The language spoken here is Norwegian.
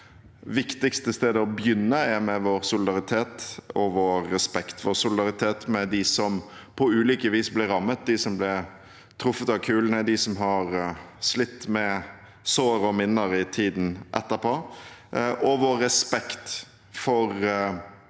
viktigste stedet å begynne er med vår respekt for og solidaritet med dem som på ulike vis ble rammet, dem som ble truffet av kulene, dem som har slitt med sår og minner i tiden etterpå, og vår respekt for